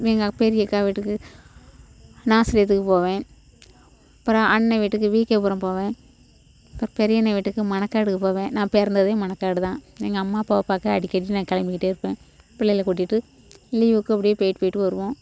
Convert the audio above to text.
எங்கள் பெரிய அக்கா வீட்டுக்கு நாசரேத்துக்குப் போவேன் அப்புறம் அண்ணே வீட்டுக்கு விகே புரம் போவேன் அப்பறம் பெரிய அண்ணே வீட்டுக்கு மணக்காடுக்குப் போவேன் நான் பெறந்ததே மணக்காடு தான் எங்க அம்மா அப்பாவ பாக்க அடிக்கடி நான் கெளம்பிக்கிட்டே இருப்பேன் பிள்ளையில கூட்டிட்டு லீவுக்கு அப்டியே போயிட்டு போயிட்டு வருவோம்